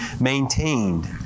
maintained